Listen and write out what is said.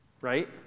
Right